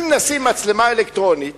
אם נשים מצלמה אלקטרונית